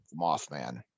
Mothman